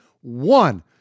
one